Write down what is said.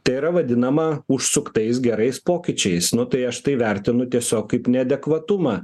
tai yra vadinama užsuktais gerais pokyčiais nu tai aš tai vertinu tiesiog kaip neadekvatumą